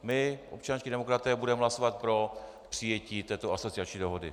My, občanští demokraté, budeme hlasovat pro přijetí této asociační dohody.